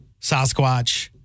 Sasquatch